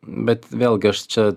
bet vėlgi aš čia